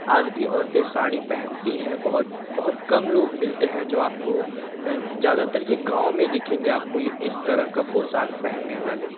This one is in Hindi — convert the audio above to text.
आज भी औरतें साड़ी पहनती हैं बहुत बहुत कम लोग मिलते हैं जो आपको ज़्यादातर यह गाँव में दिखेंगे आपको यह इस तरह का पोशाक पहनने वाले